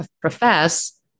profess